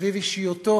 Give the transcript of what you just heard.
סביב אישיותו